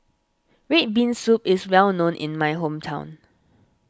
Red Bean Soup is well known in my hometown